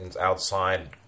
outside